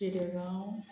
Shirgaon